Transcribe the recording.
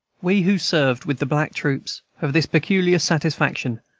we who served with the black troops have this peculiar satisfaction,